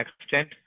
extent